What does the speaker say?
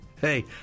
Hey